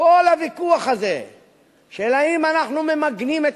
כל הוויכוח הזה של האם אנחנו ממגנים את